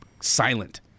silent